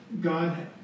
God